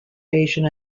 asian